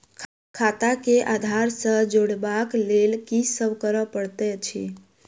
खाता केँ आधार सँ जोड़ेबाक लेल की सब करै पड़तै अछि?